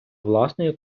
власної